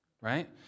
right